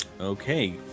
Okay